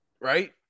Right